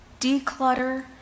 declutter